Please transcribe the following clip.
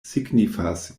signifas